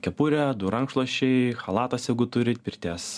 kepurė du rankšluosčiai chalatas jeigu turit pirties